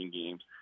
games